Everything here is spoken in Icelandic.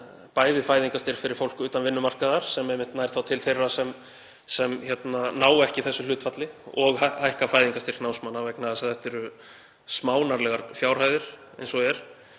bæði fæðingarstyrk fyrir fólk utan vinnumarkaðar, sem einmitt nær þá til þeirra sem ná ekki þessu hlutfalli, og hækka fæðingarstyrk námsmanna vegna þess að þetta eru smánarlegar fjárhæðir eins og er.